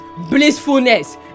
blissfulness